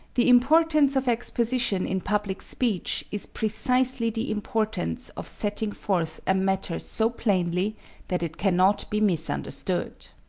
the importance of exposition in public speech is precisely the importance of setting forth a matter so plainly that it cannot be misunderstood.